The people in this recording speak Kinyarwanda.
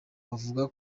bavuga